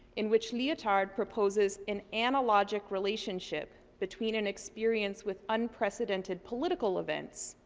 in which leotard proposes an analogic relationship between an experience with unprecedented political events,